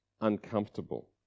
uncomfortable